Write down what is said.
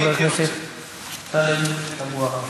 של חבר הכנסת טלב אבו עראר.